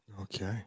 Okay